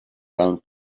round